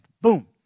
Boom